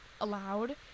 allowed